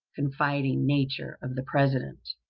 confiding nature of the president.